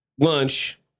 Lunch